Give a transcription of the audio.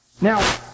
Now